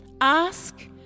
Ask